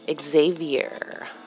Xavier